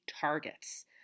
targets